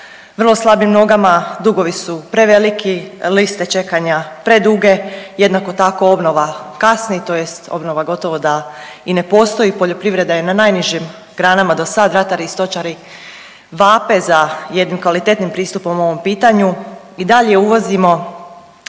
vrlo slabim nogama, dugovi su preveliki, liste čekanja preduge. Jednako tako obnova kasni tj. obnova gotovo da i ne postoji. Poljoprivreda je na najnižim granama do sada. Ratari i stočari vape za jednim kvalitetnim pristupom o ovom pitanju. I dalje uvozimo